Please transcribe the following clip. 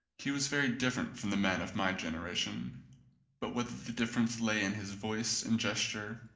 he was very different from the men of my gen eration but whether the difference lay in his voice and gesture,